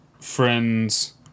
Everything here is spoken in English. Friends